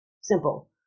simple